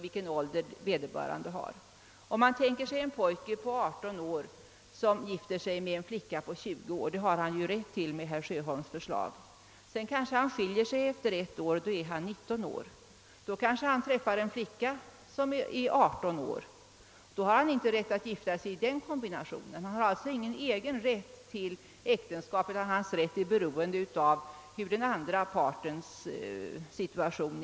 Man kan tänka sig att en pojke på 18 år gifter sig med en flicka på 20 år — det har han rätt till enligt herr Sjöholms förslag — och sedan skiljer sig om ett år. Han är då 19 år. Träffar han en flicka som är 18 år har han inte rätt att gifta sig med henne. Han har alltså ingen egen rätt till äktenskap, utan hans rätt är beroende av den andra partens ålder.